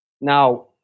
Now